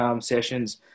Sessions